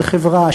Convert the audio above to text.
של חברה,